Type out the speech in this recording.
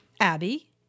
Abby